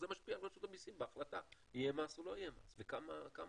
זה משפיע על רשות המסים בהחלטה האם יהיה מס או לא יהיה מס וכמה אחוז.